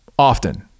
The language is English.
often